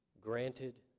granted